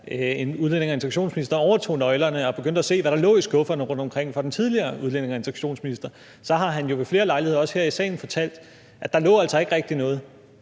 en udlændinge- og integrationsminister overtog nøglerne og begyndte at se på, hvad der lå i skufferne rundtomkring fra den tidligere udlændinge- og integrationsminister, så har han jo ved flere lejligheder, også her i salen, fortalt, at der altså ikke rigtig lå noget.